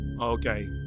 okay